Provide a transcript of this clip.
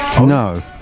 no